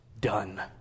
done